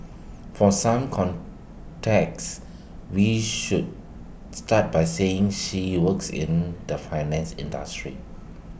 for some context we should start by saying she works in the finance industry